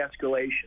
escalation